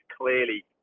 clearly